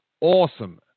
awesome